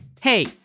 Hey